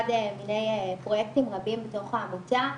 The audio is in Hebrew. אחד מיני פרויקטים רבים בתוך העמותה,